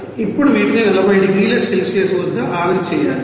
ఇప్పుడు వీటిని 40 డిగ్రీల సెల్సియస్ వద్ద ఆవిరి చేయాలి